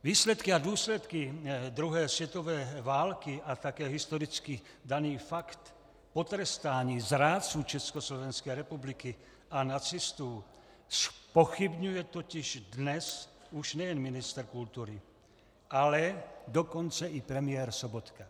Výsledky a důsledky druhé světové války a také historicky daný fakt potrestání zrádců Československé republiky a nacistů zpochybňuje totiž dnes už nejen ministr kultury, ale dokonce i premiér Sobotka.